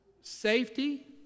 Safety